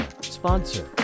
sponsor